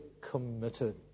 committed